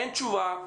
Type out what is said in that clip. אין תשובה,